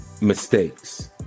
mistakes